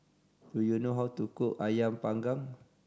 do you know how to cook Ayam Panggang